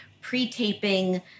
pre-taping